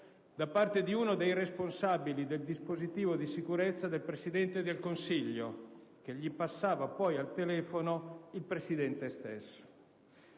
da parte di uno dei responsabili del dispositivo di sicurezza del Presidente del Consiglio, che gli passava poi al telefono il Presidente stesso.